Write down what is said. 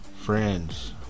friends